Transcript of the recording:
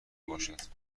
باشد